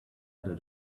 other